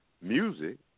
music